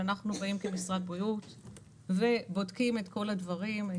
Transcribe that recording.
שאנחנו באים כמשרד בריאות ובודקים את כל הדברים,